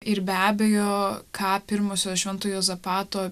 ir be abejo ką pirmosios švento juozapato